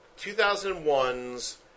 2001's